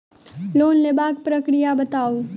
Loan लेबाक प्रक्रिया बताऊ?